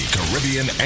Caribbean